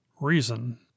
Reason